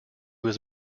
was